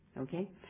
Okay